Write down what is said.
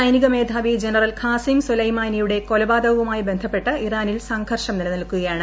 സൈനിക മേധാവി general Qasem സൊലൈമാനിയുടെ കൊലപാതകവുമായി ബന്ധപ്പെട്ട് ഇറാനിൽ സംഘർഷം നിലനിൽക്കുകയാണ്